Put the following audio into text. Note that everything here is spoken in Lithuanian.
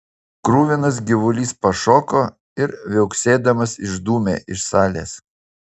kruvinas gyvulys pašoko ir viauksėdamas išdūmė iš salės